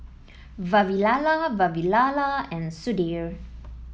Vavilala Vavilala and Sudhir